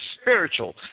spiritual